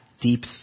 deep